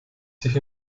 sich